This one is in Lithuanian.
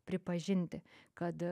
pripažinti kad